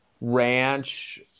Ranch